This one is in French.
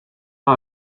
pas